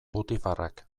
butifarrak